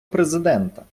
президента